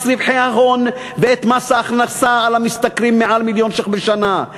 רווחי ההון ואת מס ההכנסה על המשתכרים מעל מיליון שקלים בשנה.